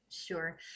Sure